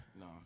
No